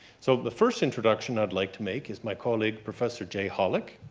so the first introduction i'd like to make is my colleague professor jay hollick.